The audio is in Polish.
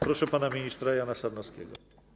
Proszę pana ministra Jana Sarnowskiego.